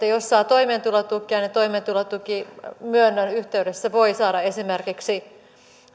jos saa toimeentulotukea niin toimeentulotukimyönnön yhteydessä voi saada esimerkiksi